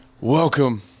welcome